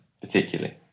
particularly